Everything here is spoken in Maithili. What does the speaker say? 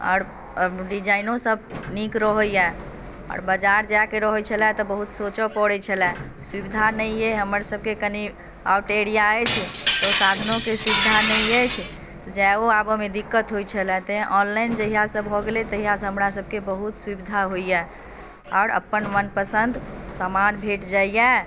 आओर आओर डिज़ाइनोसभ नीक रहैए आओर बाजार जाएके रहैत छलए तऽ बहुत सोचय पड़ैत छलए सुविधा नहि अइ हमरसभके कनी आउट एरिया अछि तऽ साधनोके सुविधा नहि अछि तऽ जाएओ आबयमे दिक्कत होइत छलए तैँ ऑनलाइन जहियासँ भऽ गेलै तहियासँ हमरासभके बहुत सुविधा होइए आओर अपन मनपसन्द सामान भेट जाइए